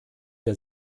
wir